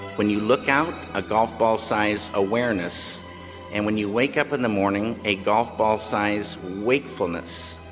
when you look out, a golf-ball-size awareness and when you wake up in the morning a golf-ball-size wakefulness.